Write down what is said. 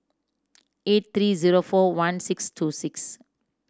eight three zero four one six two six